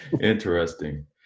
interesting